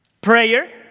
Prayer